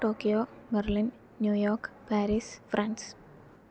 Tokyo Berlin New York Paris France